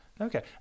Okay